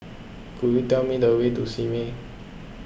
could you tell me the way to Simei